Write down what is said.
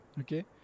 Okay